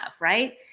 right